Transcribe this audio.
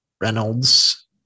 Reynolds